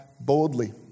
boldly